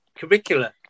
curricular